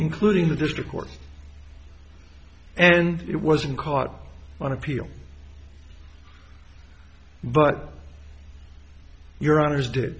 including the district court and it wasn't caught on appeal but your honour's did